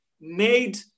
made